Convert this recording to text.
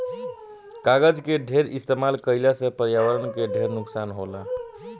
कागज के ढेर इस्तमाल कईला से पर्यावरण के ढेर नुकसान होला